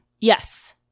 Yes